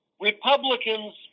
Republicans